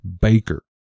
Baker